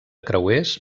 creuers